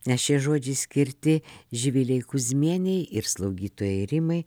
nes šie žodžiai skirti živilei kuzmienei ir slaugytojai rimai